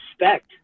respect